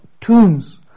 tombs